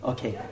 Okay